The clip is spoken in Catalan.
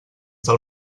del